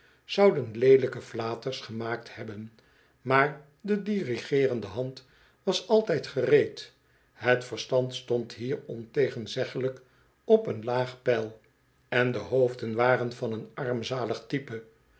zouden leelijke flaters gemaakt hebben maar de dirigeerende hand was altijd gereed het verstand stond hier ontegenzeglijk op een laag peil en do hoofden waren van een armzalig type